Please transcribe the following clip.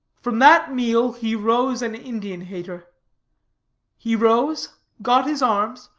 from that meal he rose an indian-hater. he rose got his arms,